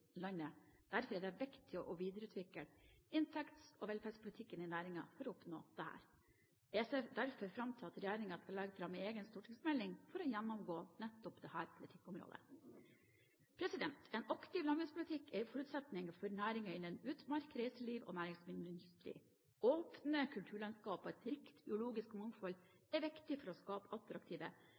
Derfor er det viktig å videreutvikle inntekts- og velferdspolitikken i næringen for å oppnå dette. Jeg ser derfor fram til at regjeringen skal legge fram en egen stortingsmelding for å gjennomgå nettopp dette politikkområdet. En aktiv landbrukspolitikk er en forutsetning for næringer innen utmark, reiseliv og næringsmiddelindustri. Åpne kulturlandskap og et rikt biologisk mangfold er viktig for å skape attraktive